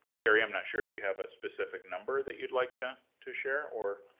teri, i'm not sure if you have a specific number that you'd like to to share, or.